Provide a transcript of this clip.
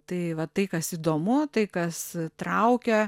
tai va tai kas įdomu tai kas traukia